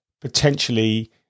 potentially